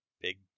big